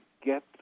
get